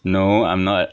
no I'm not